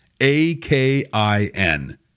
A-K-I-N